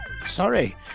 Sorry